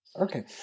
Okay